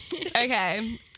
Okay